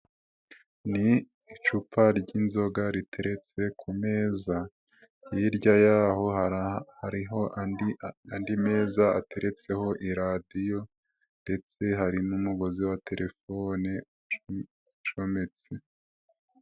Ni icupa ry'inzoga riteretse ku meza, hirya y'aho hariho andi meza ateretseho iradiyo ndetse hari n'umugozi wa telefone ucometse.